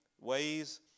ways